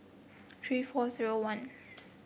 three four zero one